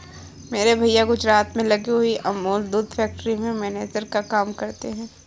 मेरे भैया गुजरात में लगी हुई अमूल दूध फैक्ट्री में मैनेजर का काम करते हैं